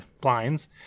blinds